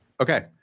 Okay